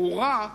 ברורה,